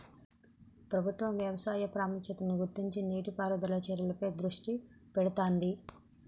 ప్రభుత్వం వ్యవసాయ ప్రాముఖ్యతను గుర్తించి నీటి పారుదల చర్యలపై దృష్టి పెడుతాంది